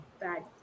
bad